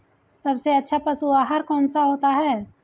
सबसे अच्छा पशु आहार कौन सा होता है?